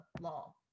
law